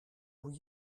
hoe